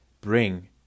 bring